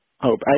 Hope